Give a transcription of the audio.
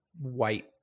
white